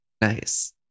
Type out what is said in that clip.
Nice